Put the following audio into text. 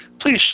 please